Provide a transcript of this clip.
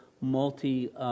multi